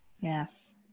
Yes